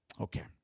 Okay